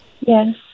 Yes